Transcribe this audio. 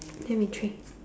then we drink